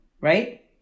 right